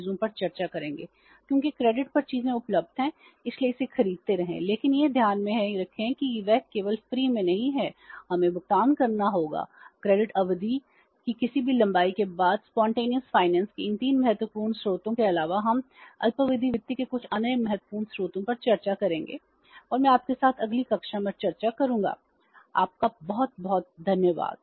वे sundry creditors के इन 3 महत्वपूर्ण स्रोतों के अलावा हम अल्पावधि वित्त के कुछ अन्य महत्वपूर्ण स्रोतों पर चर्चा करेंगे और मैं आपके साथ अगली कक्षा में चर्चा करूंगा आपका बहुत बहुत धन्यवाद